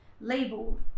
labeled